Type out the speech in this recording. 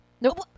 Nope